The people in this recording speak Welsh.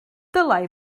dylai